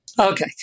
Okay